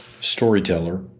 Storyteller